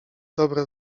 dobre